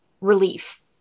relief